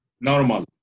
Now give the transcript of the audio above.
Normal